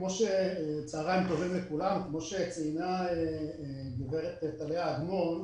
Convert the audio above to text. צוהריים טובים לכולם, כמו שציינה גב' טליה אגמון,